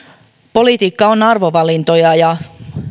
politiikka on arvovalintoja ja